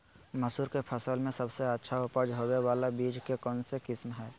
मसूर के फसल में सबसे अच्छा उपज होबे बाला बीज के कौन किस्म हय?